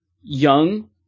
young